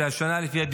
השנה כל זה הוכפל,